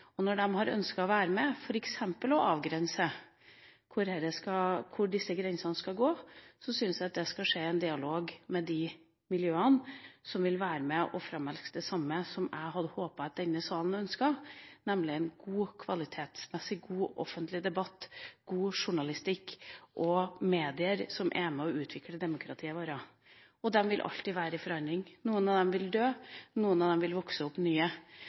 Når de har ønsket å være med på f.eks. å avgjøre hvor disse grensene skal gå, syns jeg det skal skje i dialog med de miljøene som vil være med å framelske det samme som jeg hadde håpet at denne salen ønsket, nemlig en kvalitetsmessig, god offentlig debatt, god journalistikk og medier som er med å utvikle demokratiet vårt. De vil alltid være i forandring. Noen av dem vil dø, noen nye vil vokse opp.